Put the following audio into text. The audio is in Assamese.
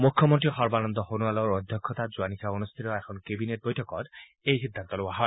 মুখ্যমন্ত্ৰী সৰ্বানন্দ সোণোৱালৰ অধ্যক্ষতাত যোৱা নিশা অনুষ্ঠিত এখন কেবিনেট বৈঠকত এই সিদ্ধান্ত লোৱা হয়